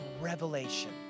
revelation